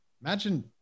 Imagine